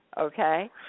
okay